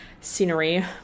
scenery